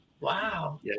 Wow